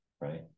right